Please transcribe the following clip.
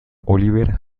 oliver